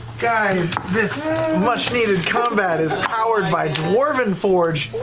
guys, this much needed combat is powered by dwarven forge,